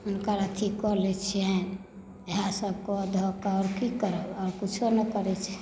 हुनकर अथी कऽ लै छियनि इएह सभ के धऽ कऽ आओर की करब आओर किछो नहि करै छी